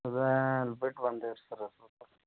ಅದಾ ಅಲ್ಲಿ ಬಿಟ್ಟು ಬಂದೀವಿ ರೀ ಸರ್